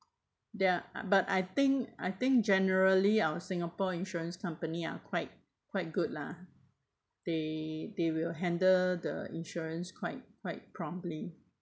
they are but I think I think generally our singapore insurance company are quite quite good lah they they will handle the insurance quite quite promptly